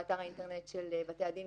באתר האינטרנט של בתי הדין,